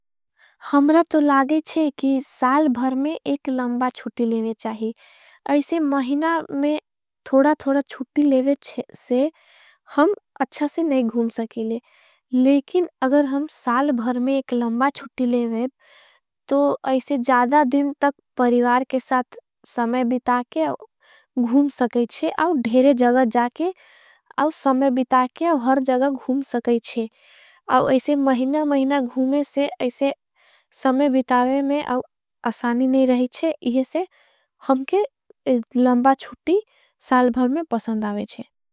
हमरा तो लागेच्छे कि साल भर में एक लंबा छुटी लेवे चाही। ऐसे महिना में थोड़ा थोड़ा छुटी लेवे से हम अच्छासे नहीं। घूम सकीले लेकिन अगर हम साल भर में एक लंबा छुटी। लेवे तो ऐसे ज़्यादा दिन तक परिवार के साथ समय बिता। के घूम सकेच्छे आव धेरे जगा जाके आव समय बिता के। अव हर जगा घूम सकेच्छे आव ऐसे महिना महिना घूमे से ऐसे समय बितावे में आव असानी नहीं रही छे। हमके लंबा छुटी साल भर में पसंद आवे छे।